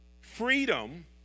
Freedom